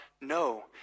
No